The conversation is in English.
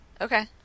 Okay